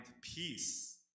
peace